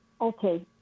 Okay